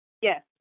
Yes